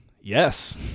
yes